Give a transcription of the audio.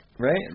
Right